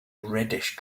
reddish